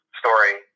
story